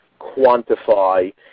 quantify